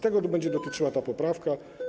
Tego będzie dotyczyła ta poprawka.